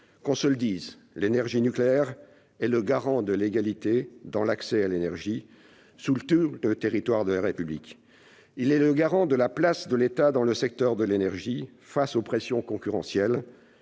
Qu'on se le dise, l'énergie nucléaire est garante de l'égalité dans l'accès à l'énergie, sur tout le territoire de la République ; elle est aussi garante de la place de l'État dans le secteur de l'énergie face aux pressions concurrentielles